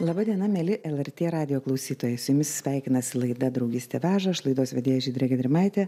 laba diena mieli lrt radijo klausytojai su jumis sveikinasi laida draugystė veža aš laidos vedėja žydrė gedrimaitė